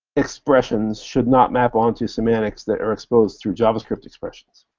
expressions should not map onto semantics that are exposed through javascript expressions.